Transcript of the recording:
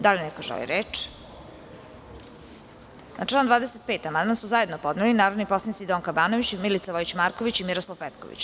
Da li neko želi reč? (Ne) Na član 25. amandman su zajedno podneli narodni poslanici Donka Banović, Milica Vojić Marković i Miroslav Petković.